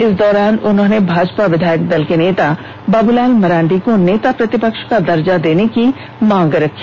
इस दौरान उन्होंने भाजपा विधायक दल के नेता बाबूलाल मरांडी को नेता प्रतिपक्ष का दर्जा देने की मांग रखी